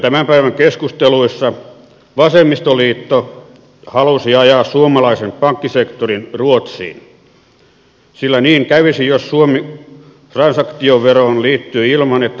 tämän päivän keskusteluissa vasemmistoliitto halusi ajaa suomalaisen pankkisektorin ruotsiin sillä niin kävisi jos suomi liittyy transaktioveroon ilman että ruotsi siihen liittyisi